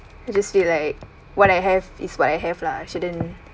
just be like what I have is what I have lah shouldn't